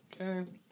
okay